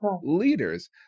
leaders